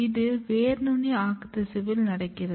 இது வேர் நுனி ஆக்குத்திசுவில் நடக்கிறது